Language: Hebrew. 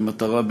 במטרה,